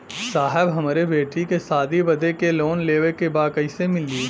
साहब हमरे बेटी के शादी बदे के लोन लेवे के बा कइसे मिलि?